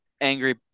angry